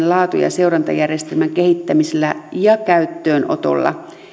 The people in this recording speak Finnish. laatu ja ja seurantajärjestelmän kehittämisellä ja käyttöönotolla